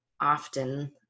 often